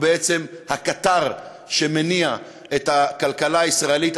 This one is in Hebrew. בעצם הקטר שמניע את הכלכלה הישראלית,